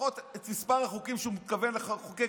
לפחות את החוקים הראשונים שהוא מתכוון לחוקק,